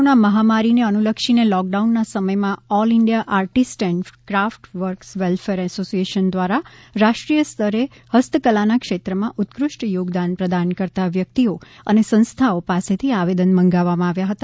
corona મહામારીને અનુલક્ષીને લોકડાઉનના સમથમાં all India artist and craft works welfare association દ્વારા રાષ્ટ્રીય સ્તરે હસ્ત કલાના ક્ષેત્રમાં ઉત્કૃષ્ટ યોગદાન પ્રદાન કરતા વ્યકિતઓ અને સંસ્થાઓ પાસેથી આવેદન મંગાવવામાં આવ્યા હતા